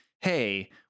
Hey